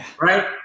Right